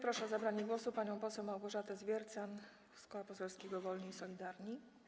Proszę o zabranie głosu panią poseł Małgorzatę Zwiercan z Koła Poselskiego Wolni i Solidarni.